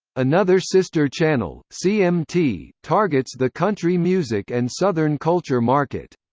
another sister channel, cmt, targets the country music and southern culture market.